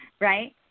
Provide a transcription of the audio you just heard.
right